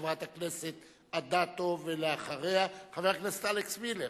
חברת הכנסת אדטו, ואחריה, חבר הכנסת אלכס מילר,